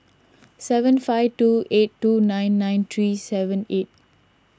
seven five two eight two nine nine three seven eight